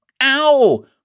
ow